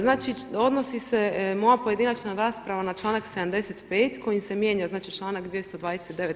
Znači, odnosi se moja pojedinačna rasprava na članak 75. kojim se mijenja znači članak 229.